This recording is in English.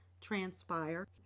transpire